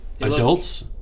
Adults